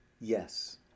Yes